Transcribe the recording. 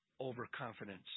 overconfidence